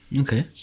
Okay